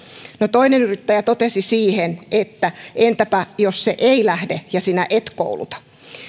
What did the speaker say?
no toinen yrittäjä totesi siihen että entäpä jos se ei lähde ja sinä et kouluta